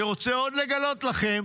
אני רוצה עוד לגלות לכם